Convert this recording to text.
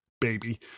Baby